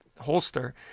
holster